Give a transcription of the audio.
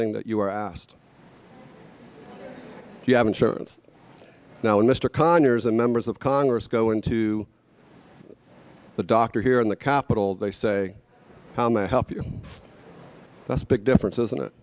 thing that you are asked if you have insurance now when mr conyers and members of congress go into the doctor here in the capitol they say comma help you that's big difference isn't it